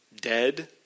Dead